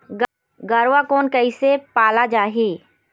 गरवा कोन कइसे पाला जाही?